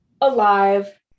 alive